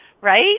right